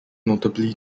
notably